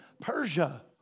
Persia